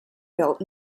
built